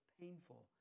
painful